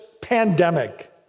pandemic